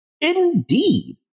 Indeed